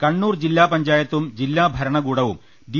കണ്ണൂർ ജില്ലാ പഞ്ചായത്തും ജില്ലാ ഭരണകൂടവും ഡി